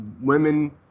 women